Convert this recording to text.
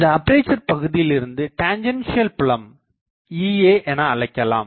இந்த அப்பேசர் பகுதியிலிருந்துவரும் டேன்ஜண்ட் புலம் Ea எனஅழைக்கலாம்